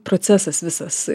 procesas visas